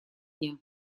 дня